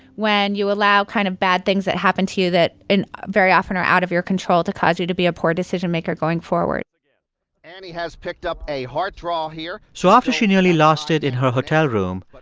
when you allow kind of bad things that happened to you that and very often are out of your control to cause you to be a poor decision-maker going forward but yeah annie has picked up a heart draw here. so after she nearly lost it in her hotel room, but